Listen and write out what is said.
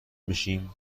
میشیم